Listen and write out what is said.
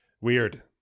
Weird